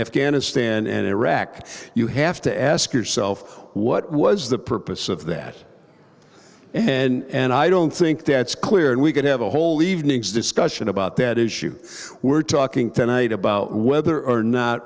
afghanistan and iraq you have to ask yourself what was the purpose of that and i don't think that's clear and we could have a whole evening's discussion about that issue we're talking tonight about whether or not